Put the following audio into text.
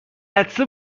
عطسه